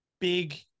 big